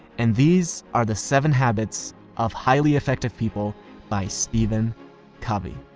and these are the seven habits of highly effective people by stephen covey.